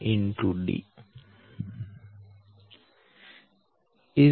d 14 ro